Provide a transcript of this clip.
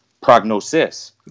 prognosis